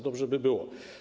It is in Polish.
Dobrze by było.